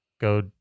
go